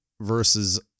Versus